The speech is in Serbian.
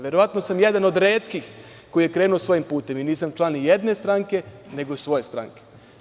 Verovatno sam jedan od retkih koji je krenuo svojim putem i nisam član nijedne stranke, nego svoje stranke.